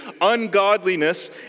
ungodliness